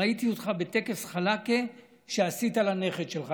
ראיתי אותך בטקס חלאקה שעשית לנכד שלך,